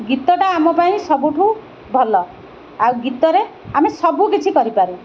ଗୀତଟା ଆମ ପାଇଁ ସବୁଠୁ ଭଲ ଆଉ ଗୀତରେ ଆମେ ସବୁ କିଛି କରିପାରୁ